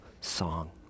song